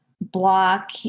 block